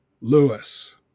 lewis